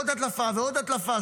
עוד הדלפה ועוד הדלפה,